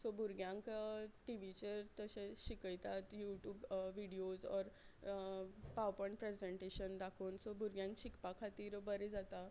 so भुरग्यांक टिवीचेर तशें शिकयतात YouTube videos or power point presentation दाखोवन सो भुरग्यांक शिकपा खातीर बरें जाता